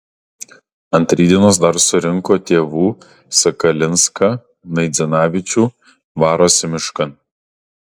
ant rytdienos dar surinko tėvų sakalinską naidzinavičių varosi miškan